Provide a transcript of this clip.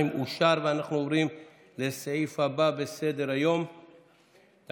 2), התשפ"א 2021. הצבעה.